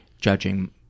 judging